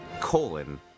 colon